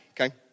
okay